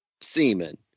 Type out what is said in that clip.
semen